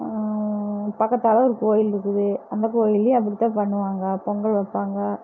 பக்கத்தால் ஒரு கோயிலிருக்குது அந்த கோயிலேயும் அப்படிதான் பண்ணுவாங்க பொங்கல் வைப்பாங்க